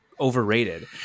Overrated